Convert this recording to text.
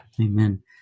amen